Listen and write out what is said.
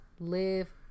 Live